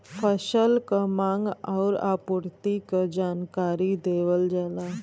फसल के मांग आउर आपूर्ति के जानकारी देवल जाला